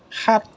সাত